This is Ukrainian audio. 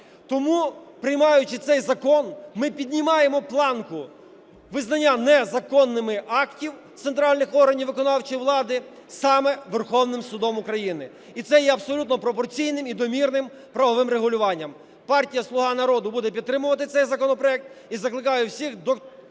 Тому, приймаючи цей закон, ми піднімаємо планку: визнаємо незаконними акти центральних органів виконавчої влади саме Верховним Судом України. І це є абсолютно пропорційним і домірним правовим регулюванням. Партія "Слуга народу" буде підтримувати цей законопроект. І закликаю всіх